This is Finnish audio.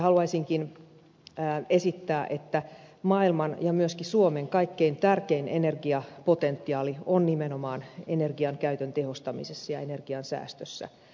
haluaisinkin esittää että maailman ja myöskin suomen kaikkein tärkein energiapotentiaali on nimenomaan energiankäytön tehostamisessa ja energiansäästössä